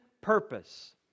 purpose